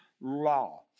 law